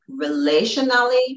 relationally